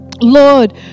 Lord